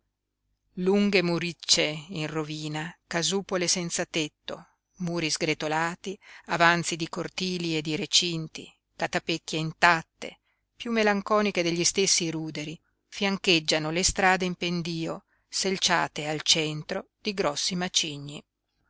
romana lunghe muriccie in rovina casupole senza tetto muri sgretolati avanzi di cortili e di recinti catapecchie intatte piú melanconiche degli stessi ruderi fiancheggiano le strade in pendío selciate al centro di grossi macigni